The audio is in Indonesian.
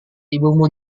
ibumu